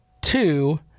two